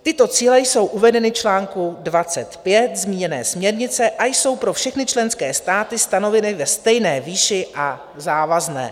Tyto cíle jsou uvedeny v článku 25 zmíněné směrnice a jsou pro všechny členské státy stanoveny ve stejné výši a závazné.